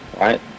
Right